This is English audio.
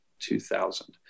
2000